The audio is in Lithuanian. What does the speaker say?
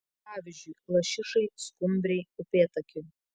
pavyzdžiui lašišai skumbrei upėtakiui